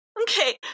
Okay